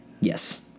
Yes